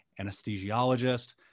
anesthesiologist